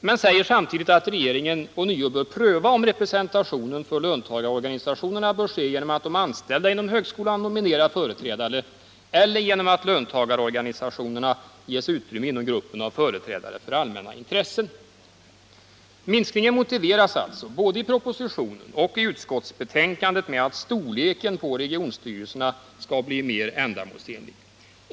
men vi säger samtidigt att regeringen ånyo bör pröva om representationen för löntagarorganisationerna bör ske genom att de anställda inom högskolan nominerar företrädare eller genom att löntagarorganisationerna ges utrymme inom gruppen av företrädare för de allmänna intressena. Minskningen motiveras alltså både i propositionen och i utskottsbetänkandet med att storleken på regionstyrelserna skall bli mera ändamålsenlig.